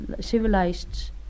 civilized